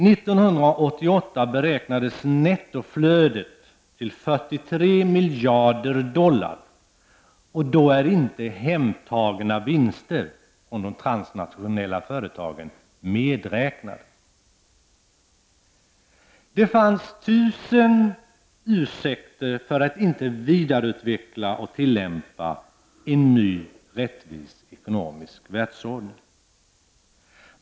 1988 beräknades nettoflödet till 43 miljarder dollar, och då är inte hemtagna vinster från de transnationella företagen medräknade. Det fanns tusen ursäkter för att inte vidareutveckla och tillämpa en ny rättvis ekonomisk världsordning.